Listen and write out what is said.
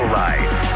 life